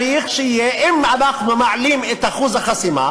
אם אנחנו מעלים את אחוז החסימה